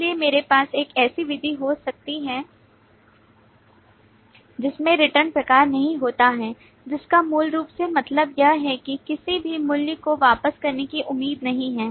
इसलिए मेरे पास एक ऐसी विधि हो सकती है जिसमें रिटर्न प्रकार नहीं होता है जिसका मूल रूप से मतलब यह है कि किसी भी मूल्य को वापस करने की उम्मीद नहीं है